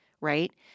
right